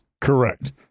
Correct